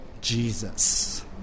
jesus